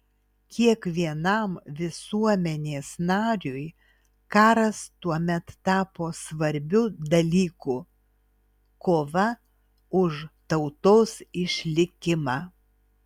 kiekvienam visuomenės nariui karas tuomet tapo svarbiu dalyku kova už tautos išlikimą